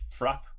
frap